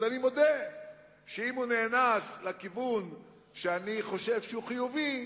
אז אני מודה שאם הוא נאנס לכיוון שאני חושב שהוא חיובי,